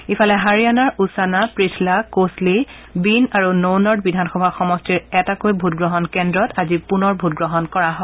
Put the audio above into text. ইফালেহাৰিয়ানাৰ উচানা প্ৰিথ্লা কোচ্লি বিন আৰু নৌনৰ্ড বিধানসভা সমষ্টিৰ এটাকৈ ভোটগ্ৰহণ কেন্দ্ৰত আজি পুনৰ ভোটগ্ৰহণ কৰা হয়